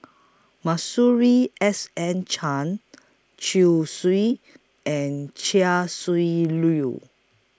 Masuri S N Chen Chong Swee and Chia Shi Lu